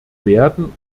werden